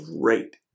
Great